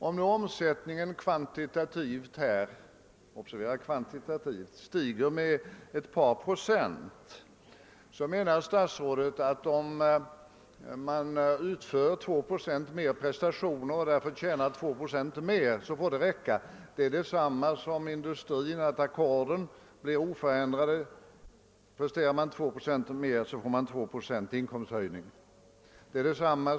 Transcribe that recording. Om nu omsättningen kvantitativt stiger med ett par procent och man alltså utför 2 procent mer prestationer och tjänar 2 procent mer får det räcka, menar statsrådet. Det är samma sak som inom industrin vid oförändrade ackord: presterar man 2 procent mer får man en inkomsthöjning med 2 procent.